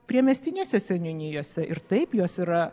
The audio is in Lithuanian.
priemiestinėse seniūnijose ir taip jos yra